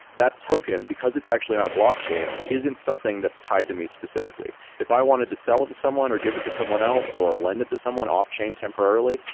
that token, because it's actually on a blockchain, isn't something that's tied to me specifically. if i wanted to sell it to someone or give it to someone else or lend it to someone off-chain temporarily,